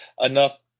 enough